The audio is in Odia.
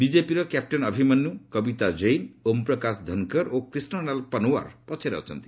ବିଜେପିର କ୍ୟାପ୍ଟେନ୍ ଅଭିମନ୍ୟୁ କବିତା ଜୈନ ଓମ୍ ପ୍ରକାଶ ଧନ୍କର ଓ କ୍ରିଷାଲାଲ୍ ପନୱାର ପଛରେ ଅଛନ୍ତି